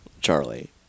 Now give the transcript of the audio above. Charlie